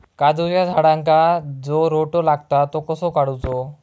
काजूच्या झाडांका जो रोटो लागता तो कसो काडुचो?